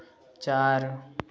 चार